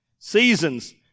seasons